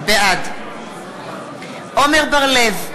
בעד עמר בר-לב,